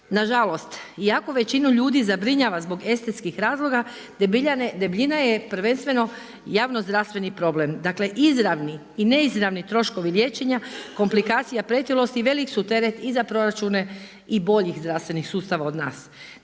nažalost, iako većinu ljudi zabrinjava zbog estetskih razloga, debljina je prvenstveno javnozdravstveni problem. Dakle, izravni i neizravni troškovi liječenja komplikacija pretilosti, velik su teret i za proračune i boljih zdravstvenih sustava od nas.